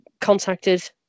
contacted